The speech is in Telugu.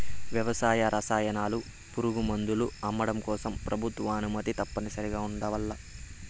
వ్యవసాయ రసాయనాలు, పురుగుమందులు అమ్మడం కోసం ప్రభుత్వ అనుమతి తప్పనిసరిగా ఉండల్ల